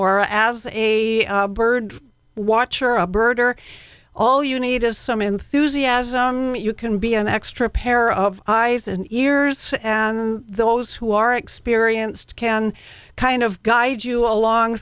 or as a bird watcher a bird or all you need is some enthusiasm you can be an extra pair of eyes and ears and those who are experienced can kind of guide you along